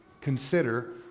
consider